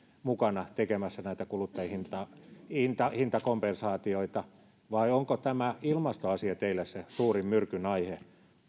mukana tekemässä näitä kuluttajahintakompensaatioita vai onko tämä ilmastoasia teille se suurin myrkyn aihe